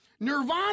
Nirvana